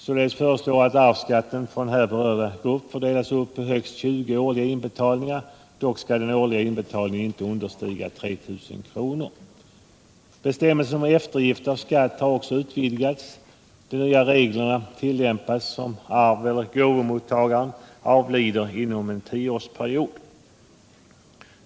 Således föreslås att avsskatt från här berörda grupp får delas upp på högst 20 årliga inbetalningar. Dock får den årliga inbetalningen inte understiga 3 000 kr. Bestämmelsen om eftergift av skatt har också utvidgats. De nya reglerna tillämpas om arveller gåvomottagaren avlider inom en tioårsperiod.